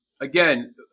again